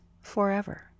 forever